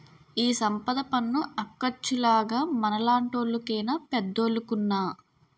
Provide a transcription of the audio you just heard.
ఈ సంపద పన్ను అక్కచ్చాలుగ మనలాంటోళ్లు కేనా పెద్దోలుకున్నా